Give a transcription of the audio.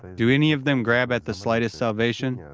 do any of them grab at the slightest salvation,